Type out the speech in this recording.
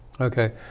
Okay